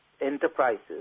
enterprises